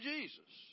Jesus